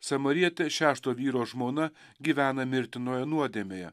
samarietė šešto vyro žmona gyvena mirtinoje nuodėmėje